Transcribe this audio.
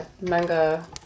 manga